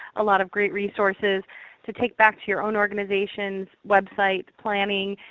a lot of great resources to take back to your own organizations, website planning,